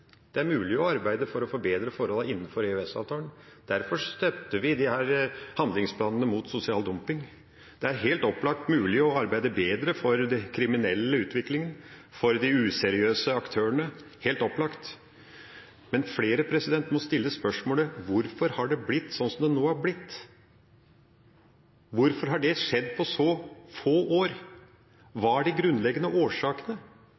er mulig å arbeide for å forbedre forholdene innenfor EØS-avtalen. Derfor støtter vi handlingsplanene mot sosial dumping. Det er helt opplagt mulig å arbeide bedre når det gjelder den kriminelle utviklinga og de useriøse aktørene – helt opplagt. Men flere må stille spørsmålene: Hvorfor har det blitt sånn som det nå har blitt? Hvorfor har det skjedd på så få år? Hva er de grunnleggende årsakene?